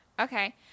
Okay